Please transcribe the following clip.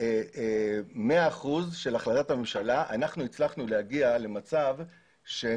100% של החלטת הממשלה הצלחנו להגיע למצב של